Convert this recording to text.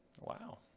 Wow